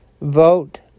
Vote